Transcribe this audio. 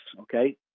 Okay